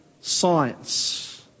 science